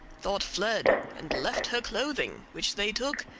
thought fled and left her clothing, which they took,